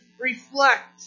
reflect